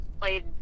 played